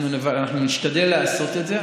אנחנו נשתדל לעשות את זה.